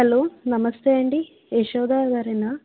hello నమస్తే అండి యశోద గారేనా